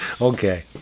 Okay